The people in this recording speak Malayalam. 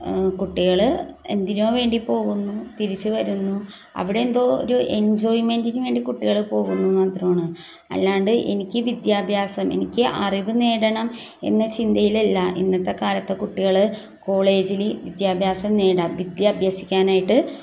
കുട്ടികൾ എന്തിനോ വേണ്ടി പോകുന്നു തിരിച്ചുവരുന്നു അവിടെ എന്തോ ഒരു എൻജോയ്മെൻറിനുവേണ്ടി കുട്ടികൾ പോകുന്നുവെന്ന് മാത്രമാണ് അല്ലാണ്ട് എനിക്ക് വിദ്യാഭ്യാസം എനിക്ക് അറിവ് നേടണം എന്ന ചിന്തയിലല്ല ഇന്നത്തെ കാലത്ത് കുട്ടികൾ കോളേജിൽ വിദ്യാഭ്യാസം നേടാൻ വിദ്യ അഭ്യസിക്കാനായിട്ട്